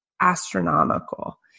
astronomical